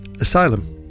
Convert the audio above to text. Asylum